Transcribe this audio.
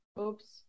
oops